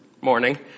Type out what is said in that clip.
morning